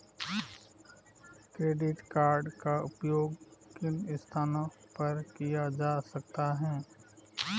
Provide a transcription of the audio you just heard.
Credit card का उपयोग किन स्थानों पर किया जा सकता है?